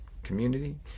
community